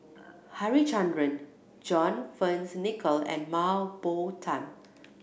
Harichandra John Fearns Nicoll and Mah Bow Tan